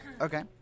Okay